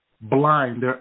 blind